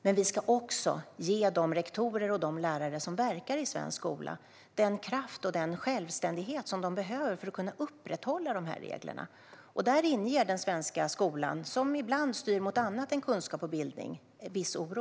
Men vi ska också ge de rektorer och lärare som verkar i svensk skola den kraft och den självständighet som de behöver för att kunna upprätthålla dessa regler. Där inger den svenska skolan, som ibland styr mot annat än kunskap och bildning, en viss oro.